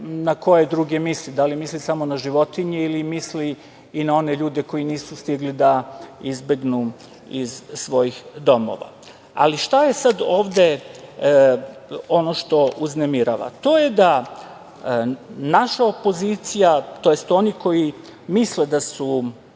na koje druge misli, da li misli samo na životinje ili misli i na one ljude koji nisu stigli da izbegnu iz svojih domova. Šta je sada ovde ono što uznemirava? To je da naša opozicija, tj. oni koji misle da su